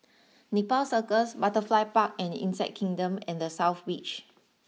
Nepal Circus Butterfly Park and Insect Kingdom and the South Beach